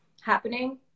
happening